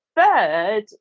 third